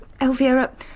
Elvira